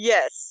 Yes